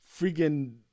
friggin